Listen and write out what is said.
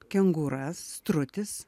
kengūra strutis